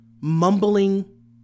mumbling